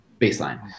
Baseline